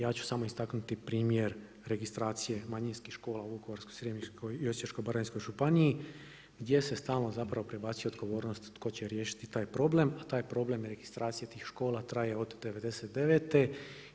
Ja ću samo istaknuti primjer registracije manjinskih škola u Vukovarsko-srijemskoj i Osječko-baranjskoj županiji gdje se stalno zapravo prebacuje odgovornost tko će riješiti taj problem, a taj problem registracije tih škola traje od '99.-te.